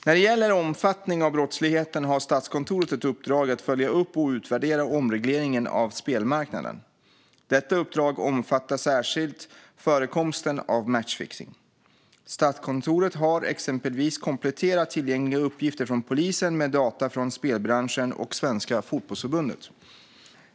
När det gäller omfattningen av brottsligheten har Statskontoret ett uppdrag att följa upp och utvärdera omregleringen av spelmarknaden. Detta uppdrag omfattar särskilt förekomsten av matchfixning. Statskontoret har exempelvis kompletterat tillgängliga uppgifter från polisen med data från spelbranschen och Svenska Fotbollförbundet.